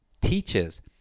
teaches